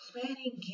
Planning